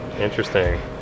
Interesting